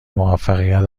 موفقیت